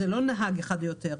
זה לא נהג אחד או יותר.